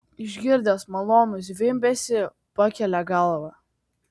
išgirdęs malonų zvimbesį pakelia galvą